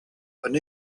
and